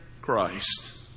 Christ